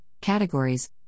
categories